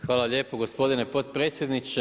Hvala lijepo gospodine potpredsjedniče.